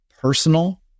personal